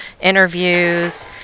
interviews